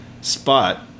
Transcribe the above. spot